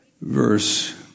Verse